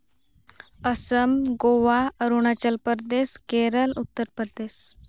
Assam Goa Arunachal Pradesh Kerala Uttar Pradesh